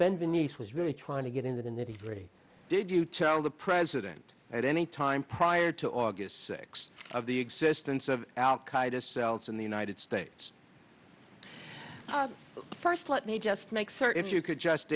bend in nice was really trying to get into the nitty gritty did you tell the president at any time prior to august sixth of the existence of al qaeda cells in the united states but first let me just make certain if you could just